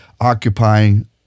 occupying